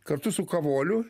kartu su kavoliu